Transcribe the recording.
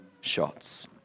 shots